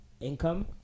income